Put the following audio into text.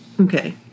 Okay